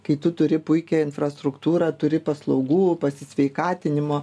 kai tu turi puikią infrastruktūrą turi paslaugų sveikatinimo